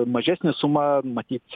mažesnė suma matyt